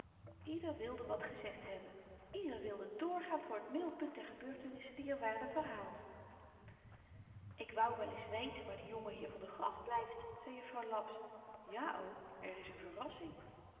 ieder wilde wat gezegd hebben ieder wilde doorgaan voor t middelpunt der gebeurtenissen die r werden verhaald ik wou wel ns weten waar de jongeheer van der gracht blyft zei jufvrouw laps ja oom er is n verrassing